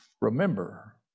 Remember